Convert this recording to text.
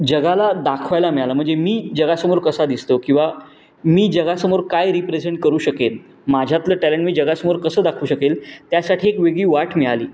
जगाला दाखवायला मिळाला म्हणजे मी जगासमोर कसा दिसतो किंवा मी जगासमोर काय रिप्रेझेंट करू शकेन माझ्यातलं टॅलेंट मी जगासमोर कसं दाखवू शकेन त्यासाठी एक वेगळी वाट मिळाली